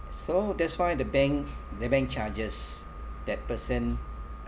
so that's why the bank the bank charges that person